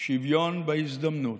שוויון בהזדמנות.